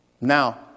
Now